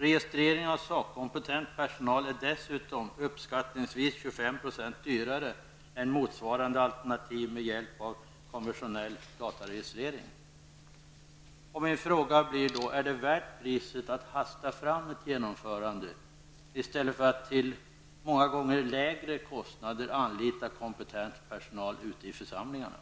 Registrering av sakkompetent personal är dessutom uppskattningsvis 25 % dyrare än motsvarande alternativ med hjälp av konventionell dataregistrering.'' Min fråga blir då: Är det värt priset att hasta fram ett genomförande i stället för att till många gånger lägre kostnad anlita kompetent personal ute i församlingarna?